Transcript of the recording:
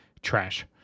trash